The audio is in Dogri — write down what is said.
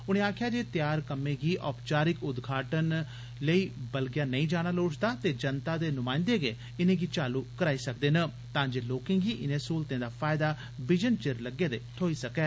उनें आकखेआ जे तैआर कम्में गी ओपचारिक उद्घाटन लेई बलगेआ नेई जाना लोड़चदा ते जनता दे नुमायंदे गै इनेंगी चालू कराई सकदे न तां जे लोकें गी इनें सहूलतें दा फैयदा बिजनचिर लग्गे थ्हाई सकै